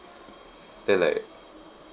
then like